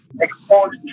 exposed